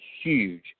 huge